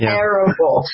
Terrible